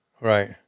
Right